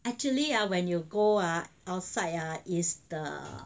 actually ah when you go ah outside ah is the